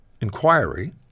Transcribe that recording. inquiry